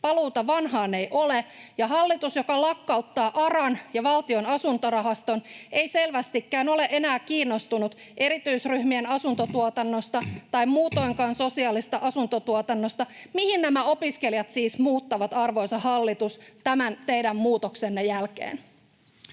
Paluuta vanhaan ei ole, ja hallitus, joka lakkauttaa ARAn ja Valtion asuntorahaston, ei selvästikään ole enää kiinnostunut erityisryhmien asuntotuotannosta tai muutoinkaan sosiaalisesta asuntotuotannosta. Mihin nämä opiskelijat siis muuttavat, arvoisa hallitus, tämän teidän muutoksenne jälkeen?